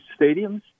stadiums